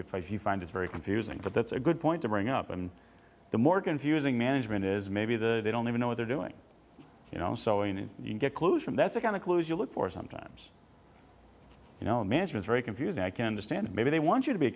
you find it's very confusing but that's a good point to bring up and the more confusing management is maybe the they don't even know what they're doing you know sewing and you get clues from that's a kind of clues you look for sometimes you know management very confusing i can understand maybe they want you to be